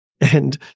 and-